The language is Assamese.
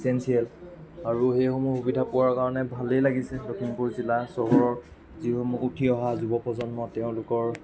এছেনচিয়েল আৰু সেইসমূহ সুবিধা পোৱাৰ কাৰণে ভালেই লাগিছে লখিমপুৰ জিলা চহৰৰ যিসমূহ উঠি অহা যুৱপ্ৰজন্ম তেওঁলোকৰ